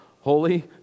Holy